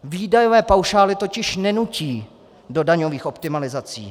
Výdajové paušály totiž nenutí do daňových optimalizací.